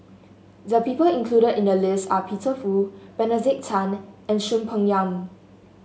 the people included in the list are Peter Fu Benedict Tan and Soon Peng Yam